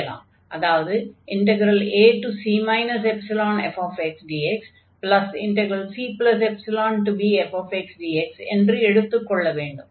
அதாவது ac ϵfxdxcϵbfxdx என்று எடுத்துக் கொள்ள வேண்டும்